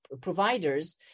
providers